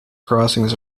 crossings